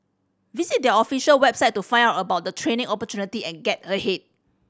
visit their official website to find out about the training opportunity and get ahead